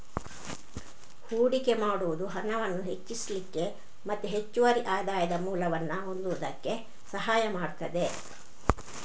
ಹೂಡಿಕೆ ಮಾಡುದು ಹಣವನ್ನ ಹೆಚ್ಚಿಸ್ಲಿಕ್ಕೆ ಮತ್ತೆ ಹೆಚ್ಚುವರಿ ಆದಾಯದ ಮೂಲವನ್ನ ಹೊಂದುದಕ್ಕೆ ಸಹಾಯ ಮಾಡ್ತದೆ